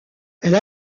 elle